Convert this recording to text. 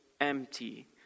empty